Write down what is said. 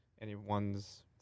anyone's